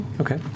Okay